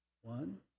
One